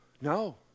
No